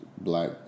black